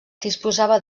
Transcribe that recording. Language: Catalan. disposava